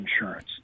insurance